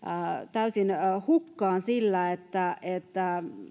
täysin hukkaan sillä että että